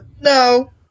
No